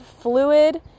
fluid